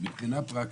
מבחינה פרקטית,